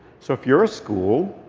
so if you're a school,